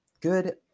good